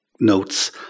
Notes